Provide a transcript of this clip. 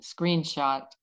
screenshot